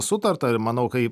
sutarta ir manau kai